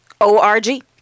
O-R-G